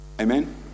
Amen